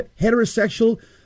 heterosexual